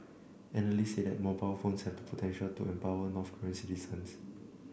analysts say that mobile phones have the potential to empower North Korean citizens